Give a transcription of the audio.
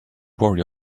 worry